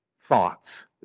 thoughts